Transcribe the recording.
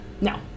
No